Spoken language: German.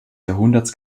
jahrhunderts